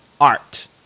art